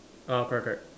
ah correct correct